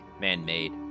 man-made